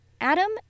adam